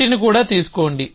వీటిని కూడా తీసుకోండి